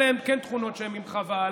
אלה הן כן תכונות שהן ממך והלאה,